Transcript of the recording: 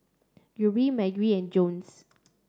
Guthrie Margy and Jones